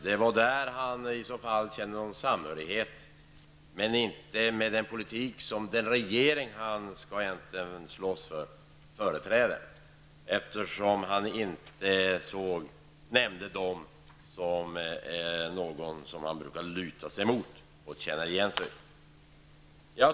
Det är dem han i så fall känner någon samhörighet med, inte med den politik som den regering han egentligen skall slåss för företräder -- han nämnde inte den som något han brukar luta sig mot och känna igen sig i.